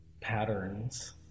patterns